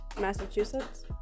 Massachusetts